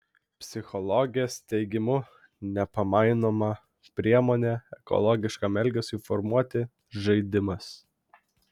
psichologės teigimu nepamainoma priemonė ekologiškam elgesiui formuoti žaidimas